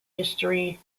history